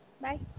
bye